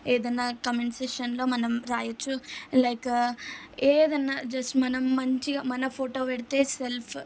ఏదన్నా కమెంట్ సెక్షన్లో రాయచ్చు లైక్ ఏదైనా జస్ట్ మనం మంచిగా మన ఫోటో పెడితే సెల్ఫ్